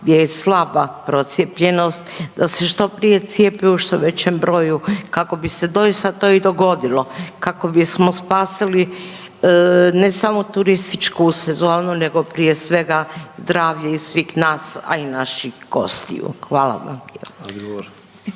gdje je slaba procijepljenost da se što prije cijepe u što većem broju kako bi se doista to i dogodilo, kako bismo spasili ne samo turističku sezonu nego prije svega zdravlje svih nas a i naših gostiju. Hvala vam.